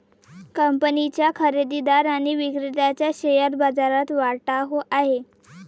कंपनीच्या खरेदीदार आणि विक्रेत्याचा शेअर बाजारात वाटा आहे